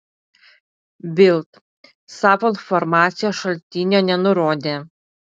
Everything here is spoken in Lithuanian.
bild savo informacijos šaltinio nenurodė